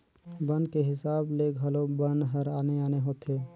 फसल के हिसाब ले घलो बन हर आने आने होथे